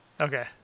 Okay